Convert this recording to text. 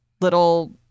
little